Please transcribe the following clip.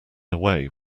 away